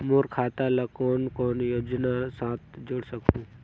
मोर खाता ला कौन कौन योजना साथ जोड़ सकहुं?